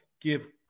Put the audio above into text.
give